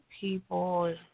people